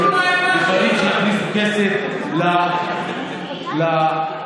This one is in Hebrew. אני שואל שוב: ליהודים השאירו משהו?